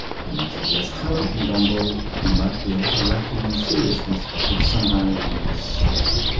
he might have less talent than gombauld, he might be a little lacking in seriousness, but somehow he was safer.